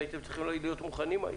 הייתם צריכים להיות מוכנים היום.